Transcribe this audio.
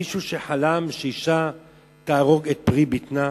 מישהו חלם שאשה תהרוג את פרי בטנה?